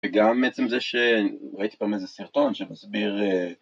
וגם עצם זה שראיתי פעם איזה סרטון שמסביר..